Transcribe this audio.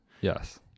Yes